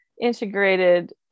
integrated